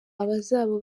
abazaba